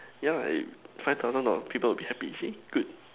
yeah it five thousand dollar people will be happy see good